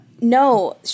No